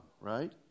right